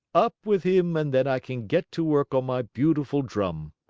up with him and then i can get to work on my beautiful drum.